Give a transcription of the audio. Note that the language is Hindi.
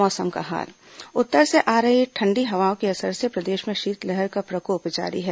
मौसम उत्तर से आ रही ठंडी हवाओं के असर से प्रदेश में शीतलहर का प्रकोप जारी है